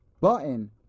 Button